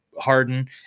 Harden